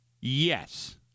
Yes